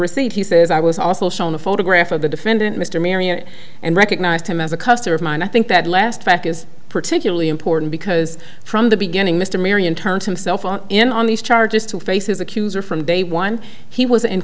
receipt he says i was also shown a photograph of the defendant mr marriott and recognized him as a customer of mine i think that last fact is particularly important because from the beginning mr marion turned himself in on these charges to face his accuser from day one he was in